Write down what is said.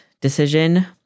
decision